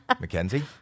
Mackenzie